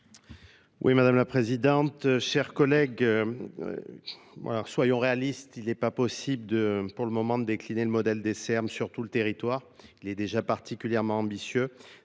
Oui, Mᵐᵉ la présidente, chers collègues, euh. soyons réalistes, il n'est pas possible de, pour le moment, de décliner le modèle des Serbes sur tout le territoire. Il est particulièrement ambitieux.